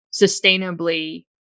sustainably